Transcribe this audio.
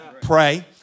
pray